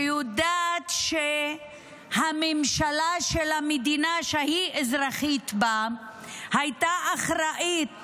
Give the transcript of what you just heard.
שיודעת שהממשלה של המדינה שהיא אזרחית בה הייתה אחראית